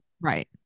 Right